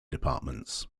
departments